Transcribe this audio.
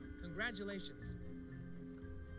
Congratulations